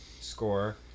score